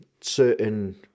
certain